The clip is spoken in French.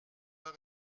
pas